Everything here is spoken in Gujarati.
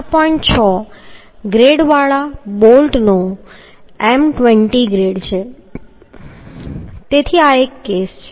6 ગ્રેડવાળા બોલ્ટનો M20 ગ્રેડ છે તેથી આ એક કેસ છે